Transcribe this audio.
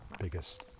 biggest